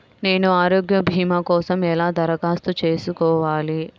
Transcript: నేను ఆరోగ్య భీమా కోసం ఎలా దరఖాస్తు చేసుకోవాలి?